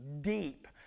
deep